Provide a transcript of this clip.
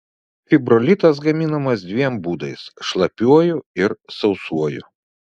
fibrolitas gaminamas dviem būdais šlapiuoju ir sausuoju